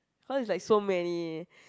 cause is like so many